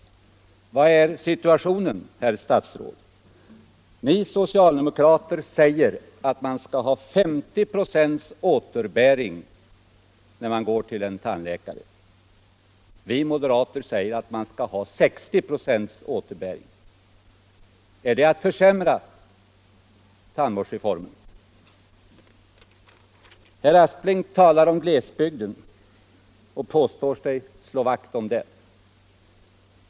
Vilken är situationen, herr statsråd? Ni socialdemokrater säger att man skall ha 50 96 återbäring när man går till en tandläkare. Vi moderater säger att man skall ha 60 96 återbäring. Är det att försämra tandvårdsreformen? Herr Aspling talar om glesbygden och påstår sig slå vakt om den.